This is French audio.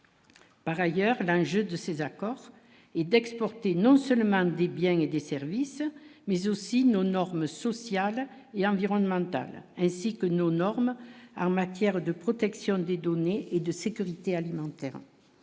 Par ailleurs, d'un jeu de ces accords et d'exporter non seulement des biens et des services, mais aussi nos normes sociales et environnementales, ainsi que nos normes en matière de protection des données et de sécurité alimentaire.